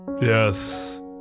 Yes